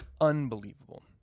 Unbelievable